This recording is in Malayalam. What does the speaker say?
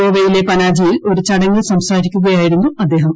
ഗോവയിലെ പനാജിയിൽ ഒരു ചടങ്ങിൽ സംസാരിക്കുകയായിരുന്നു അദ്ദേഹം